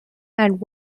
and